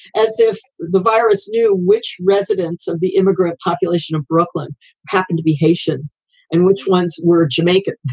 as if the virus knew which residents of the immigrant population of brooklyn happened to be haitian and which ones were jamaican